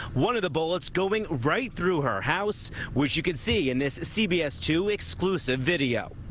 one of the bullets going right through her house, which you can see in this cbs two exclusive video.